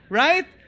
right